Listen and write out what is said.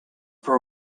for